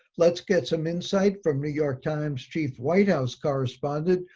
let's get some insight from new york times chief white house correspondent,